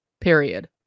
period